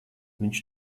viņš